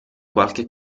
qualche